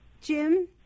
Jim